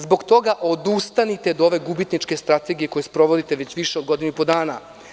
Zbog toga odustanite od ove gubitničke strategije koju sprovodite već više od godinu i po dana.